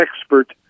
expert